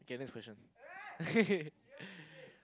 okay next question